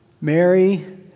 Mary